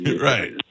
Right